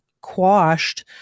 quashed